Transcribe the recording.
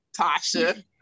Tasha